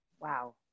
wow